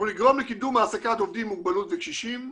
לקידום העסקת עובדים עם מוגבלות וקשישים,